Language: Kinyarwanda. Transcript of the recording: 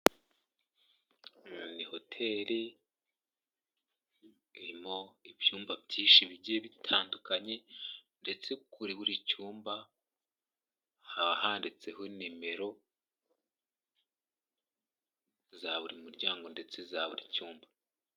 Ni hoteli irimo ibyumba byinshi bigiye bitandukanye ndetse kuri buri cyumba, haba handitseho nimero za buri muryango ndetse za bur'icyumba.